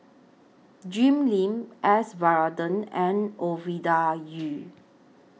Jim Lim S Varathan and Ovidia Yu